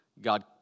God